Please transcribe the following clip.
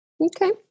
Okay